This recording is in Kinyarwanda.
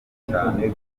cyane